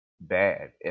bad